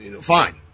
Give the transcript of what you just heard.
fine